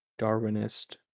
Darwinist